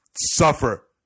suffer